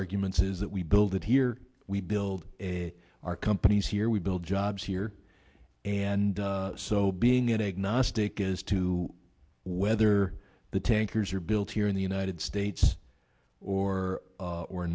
arguments is that we build it here we build our companies here we build jobs here and so being an agnostic as to whether the tankers are built here in the united states or